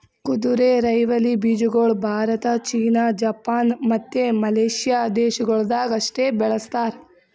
ಕುದುರೆರೈವಲಿ ಬೀಜಗೊಳ್ Bharat, China, Japan, ಮತ್ತ ಮಲೇಷ್ಯಾ ದೇಶಗೊಳ್ದಾಗ್ ಅಷ್ಟೆ ಬೆಳಸ್ತಾರ್